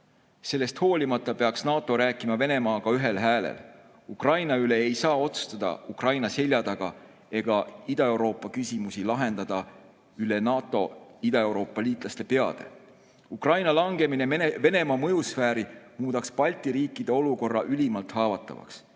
Sellest hoolimata peaks NATO rääkima Venemaaga [ühemõtteliselt]. Ukraina üle ei saa otsustada Ukraina selja taga, Ida-Euroopa küsimusi ei saa lahendada üle NATO Ida-Euroopa liitlaste peade. Ukraina langemine Venemaa mõjusfääri muudaks Balti riikide olukorra ülimalt haavatavaks.